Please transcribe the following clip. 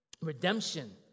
redemption